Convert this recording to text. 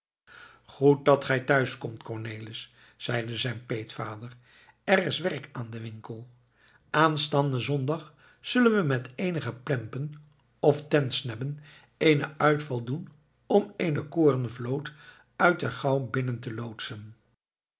goed dat gij thuiskomt cornelis zeide zijn pleegvader er is werk aan den winkel aanstaanden zondag zullen we met eenige plempen of tentsnebben eenen uitval doen om eene korenvloot uit ter gouw binnen te loodsen